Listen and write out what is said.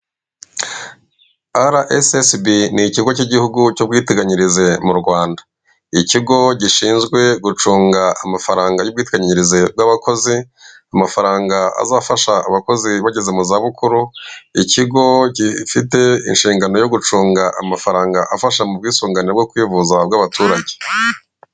Araesesibi ni ikigo cy'igihugu cy'ubwiteganyirize mu Rwanda, ikigo gishinzwe gucunga amafaranga y'ubwiteganyirize bw'abakozi, amafaranga azafasha abakozi bageze mu zabukuru, ikigo gifite inshingano yo gucunga amafaranga afasha mu bwisungane bwo kwivuza bw'abaturage.